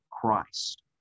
Christ